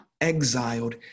exiled